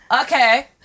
okay